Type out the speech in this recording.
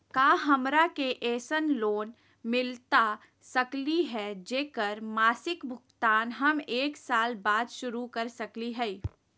का हमरा के ऐसन लोन मिलता सकली है, जेकर मासिक भुगतान हम एक साल बाद शुरू कर सकली हई?